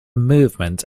movement